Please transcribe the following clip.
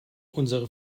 unsere